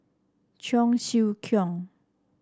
Cheong Siew Keong